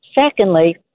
Secondly